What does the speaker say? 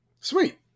sweet